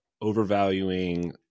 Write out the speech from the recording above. overvaluing